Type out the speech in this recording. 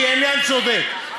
כי העניין צודק.